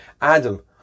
Adam